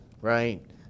right